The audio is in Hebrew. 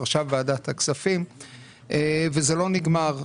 עכשיו ועדת הכספים וזה לא נגמר.